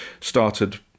started